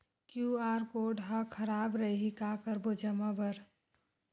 QR code हा खराब रही का करबो जमा बर?